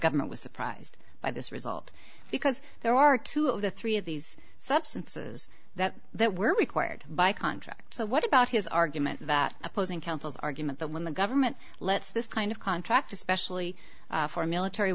government was prized by this result because there are two of the three of these substances that that were required by contract so what about his argument that opposing counsel's argument that when the government lets this kind of contract especially for military